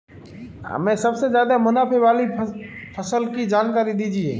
हमें सबसे ज़्यादा मुनाफे वाली फसल की जानकारी दीजिए